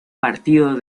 partido